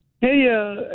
hey